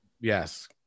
Yes